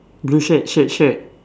blue shirt shirt shirt